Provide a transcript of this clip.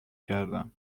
کردم